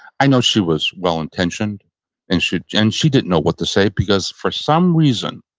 i know she was well-intentioned and she and she didn't know what to say, because for some reason,